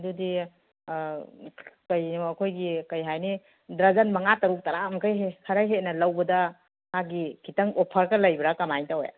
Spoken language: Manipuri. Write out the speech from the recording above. ꯑꯗꯨꯗꯤ ꯀꯩꯅꯣ ꯑꯩꯈꯣꯏꯒꯤ ꯀꯔꯤ ꯍꯥꯏꯅꯤ ꯗꯔꯖꯟ ꯃꯉꯥ ꯇꯔꯨꯛ ꯇꯔꯥꯃꯨꯛꯇꯩ ꯈꯔ ꯍꯦꯟꯅ ꯂꯧꯕꯗ ꯃꯥꯒꯤ ꯈꯤꯇꯪ ꯑꯣꯐꯔꯒ ꯂꯩꯕꯔꯥ ꯀꯃꯥꯏꯅ ꯇꯧꯏ